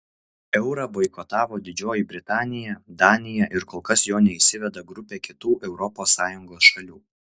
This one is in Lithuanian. eurą boikotavo didžioji britanija danija ir kol kas jo neįsiveda grupė kitų europos sąjungos šalių